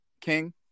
King